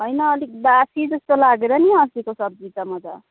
होइन अलिक बासी जस्तो लागेर नि अस्तिको सब्जी त म त